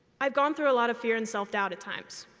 i've gone through a lot of fear and self-doubt at times.